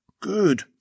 Good